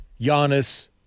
Giannis